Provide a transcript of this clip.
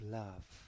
love